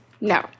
No